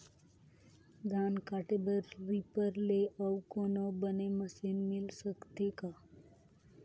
धान काटे बर रीपर ले अउ कोनो बने मशीन मिल सकथे का?